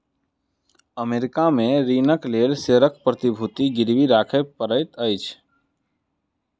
America में ऋणक लेल शेयरक प्रतिभूति गिरवी राखय पड़ैत अछि